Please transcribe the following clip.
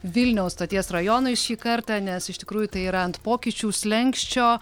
vilniaus stoties rajonui šį kartą nes iš tikrųjų tai yra ant pokyčių slenksčio